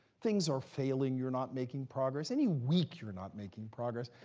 things are failing, you're not making progress. any week, you're not making progress.